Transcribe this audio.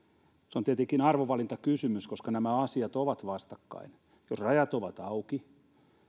se on tietenkin arvovalintakysymys koska nämä asiat ovat vastakkain jos rajat ovat auki